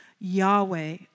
Yahweh